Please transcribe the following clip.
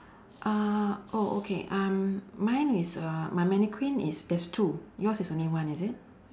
uh oh okay um mine is uh my mannequin is there's two yours is only one is it